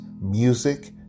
music